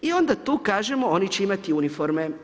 I onda tu kažemo, oni će imati uniforme.